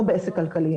לא בעסק כלכלי,